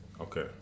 okay